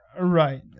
Right